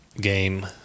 game